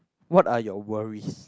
what are your worries